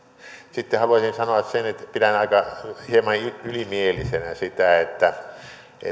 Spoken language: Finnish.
sitten haluaisin sanoa sen että pidän hieman ylimielisenä sitä että